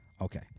Okay